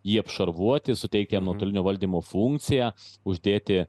jį apšarvuoti suteikti jam nuotolinio valdymo funkciją uždėti